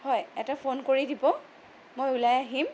হয় এটা ফোন কৰি দিব মই ওলাই আহিম